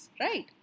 right